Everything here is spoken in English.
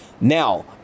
Now